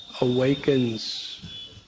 awakens